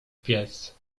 pies